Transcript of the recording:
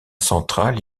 central